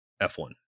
F1